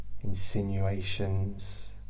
insinuations